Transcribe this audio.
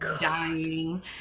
dying